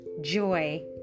Joy